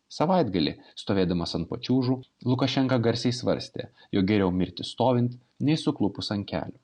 savaitgalį stovėdamas ant pačiūžų lukašenka garsiai svarstė jog geriau mirti stovint nei suklupus ant kelių